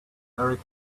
erik